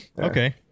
Okay